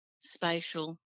spatial